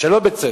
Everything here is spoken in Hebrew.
ושלא בצדק.